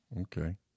okay